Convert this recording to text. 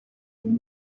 خونی